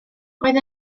roedd